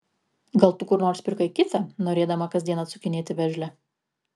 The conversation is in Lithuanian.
gal tu kur nors pirkai kitą norėdama kasdien atsukinėti veržlę